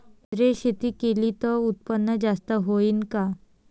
सेंद्रिय शेती केली त उत्पन्न जास्त होईन का?